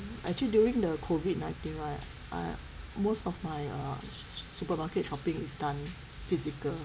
um actually during the COVID nineteen right I most of my uh supermarket shopping is done physical